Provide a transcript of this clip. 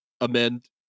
amend